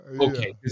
Okay